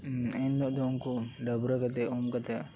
ᱮᱱᱦᱤᱞᱳᱜ ᱫᱚ ᱩᱱᱠᱩ ᱰᱟᱵᱽᱨᱟᱹ ᱠᱟᱛᱮᱜ ᱩᱢ ᱠᱟᱛᱮᱜ